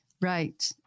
Right